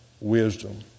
wisdom